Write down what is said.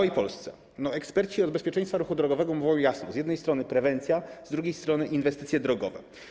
Eksperci od bezpieczeństwa ruchu drogowego mówią jasno: z jednej strony prewencja, z drugiej strony inwestycje drogowe.